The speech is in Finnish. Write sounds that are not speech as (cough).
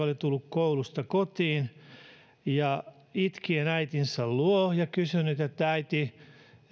(unintelligible) oli tullut koulusta kotiin (unintelligible) (unintelligible) itkien äitinsä luo ja kysynyt että äiti